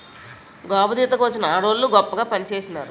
గాబుదీత కి వచ్చిన ఆడవోళ్ళు గొప్పగా పనిచేసినారు